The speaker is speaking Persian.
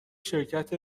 شرکت